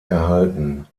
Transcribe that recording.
erhalten